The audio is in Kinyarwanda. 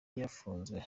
yafunzwe